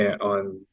on